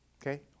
okay